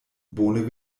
bone